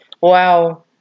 Wow